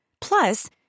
Plus